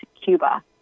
Cuba